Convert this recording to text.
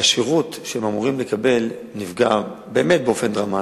והשירות שהם אמורים לקבל נפגע באמת באופן דרמטי,